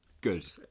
Good